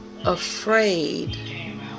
afraid